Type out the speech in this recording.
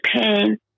pain